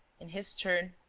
in his turn,